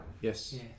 Yes